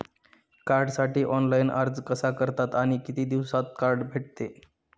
कार्डसाठी ऑनलाइन अर्ज कसा करतात आणि किती दिवसांत कार्ड भेटते?